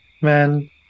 man